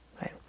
right